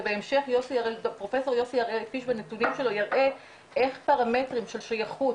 ובהמשך נראה איך פרמטרים של שייכות,